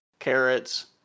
Carrots